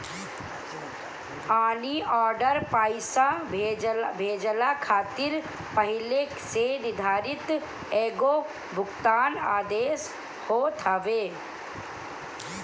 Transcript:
मनी order पईसा भेजला खातिर पहिले से निर्धारित एगो भुगतान आदेश होत हवे